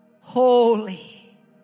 holy